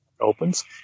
opens